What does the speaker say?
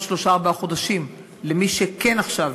שלושה-ארבעה חודשים למי שכן עשו עכשיו